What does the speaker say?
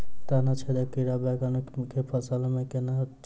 तना छेदक कीड़ा बैंगन केँ फसल म केना चिनहब?